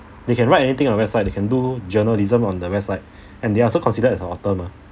they can write anything on website they can do journalism on the website and they are also considered the author mah